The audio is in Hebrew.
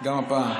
גם הפעם.